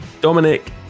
dominic